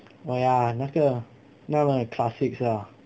oh ya 那个那个很 classic ah